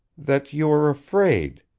that you are afraid.